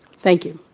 thank you.